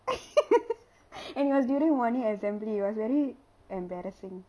and it was during morning assembly it was very embarrassing